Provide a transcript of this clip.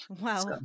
Wow